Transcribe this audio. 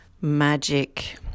magic